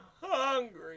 hungry